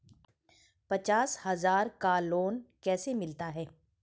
पचास हज़ार का लोन कैसे मिलता है?